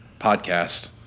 podcast